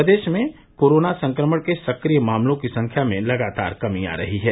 प्रदेश में कोरोना संक्रमण के सक्रिय मामलों की संख्या में लगातार कमी आ रही है